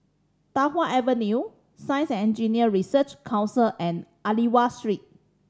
Tai Hwan Avenue Science and Engineering Research Council and Aliwal Street